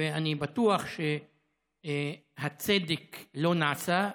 ואני בטוח שהצדק לא נעשה.